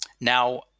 now